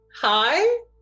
Hi